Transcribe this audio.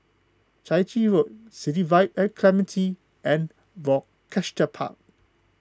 Chai Chee Road City Vibe at Clementi and Rochester Park